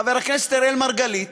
חבר הכנסת אראל מרגלית,